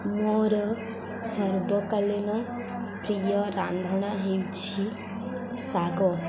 ମୋର ସର୍ବକାଳୀନ ପ୍ରିୟ ରାନ୍ଧଣା ହେଉଛି ଶାଗ